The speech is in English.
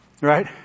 Right